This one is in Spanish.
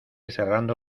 cerrando